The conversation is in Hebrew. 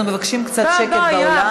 אנחנו מבקשים קצת שקט באולם.